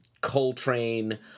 Coltrane